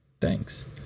thanks